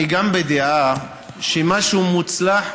אני גם בדעה שמשהו מוצלח,